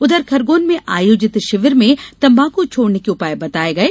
उधर खरगोन में आयोजित शिविर में तंबाकू छोड़ने के उपाय बताये गये